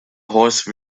horse